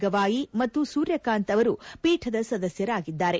ಗವಾಯಿ ಮತ್ತು ಸೂರ್ಯಕಾಂತ್ ಅವರು ಪೀಠದ ಸದಸ್ನರಾಗಿದ್ದಾರೆ